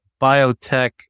biotech